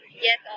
Yes